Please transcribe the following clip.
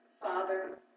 father